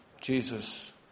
Jesus